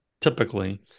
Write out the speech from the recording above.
typically